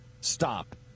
stop